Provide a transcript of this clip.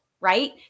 right